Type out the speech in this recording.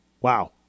Wow